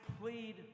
plead